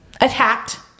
attacked